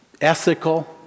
ethical